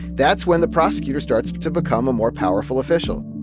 that's when the prosecutor starts to become a more powerful official.